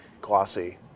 glossy